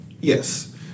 Yes